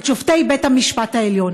את שופטי בית המשפט העליון.